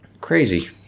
Crazy